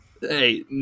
Hey